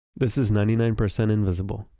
this is ninety nine percent invisible.